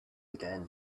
again